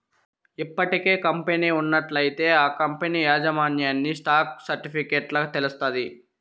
ఇప్పటికే కంపెనీ ఉన్నట్లయితే ఆ కంపనీ యాజమాన్యన్ని స్టాక్ సర్టిఫికెట్ల తెలస్తాది